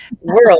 world